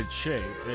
shape